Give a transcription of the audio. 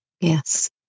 Yes